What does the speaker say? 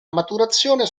maturazione